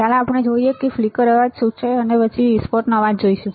ચાલો આપણે આગળ જોઈએ જે આપણો ફ્લિકર અવાજ છે અને પછી આપણે વિસ્ફોટનો અવાજ જોઈશું